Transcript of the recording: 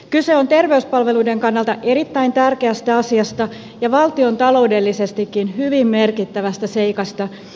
kyse on terveyspalveluiden kannalta erittäin tärkeästä asiasta ja valtiontaloudellisestikin hyvin merkittävästä seikasta